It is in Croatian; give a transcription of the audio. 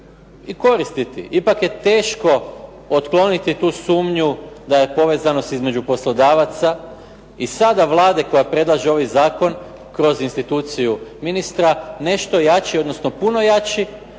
i koristiti, ipak je teško otkloniti tu sumnju da je povezanost između poslodavaca i sada Vlade koja predlaže ovaj zakon kroz instituciju ministra nešto jači, odnosno puno jači